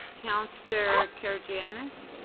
councillor karygiannis?